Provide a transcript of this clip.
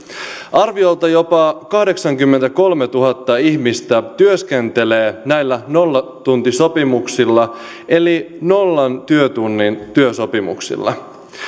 arviolta jopa kahdeksankymmentäkolmetuhatta ihmistä työskentelee näillä nollatuntisopimuksilla eli nollan työtunnin työsopimuksilla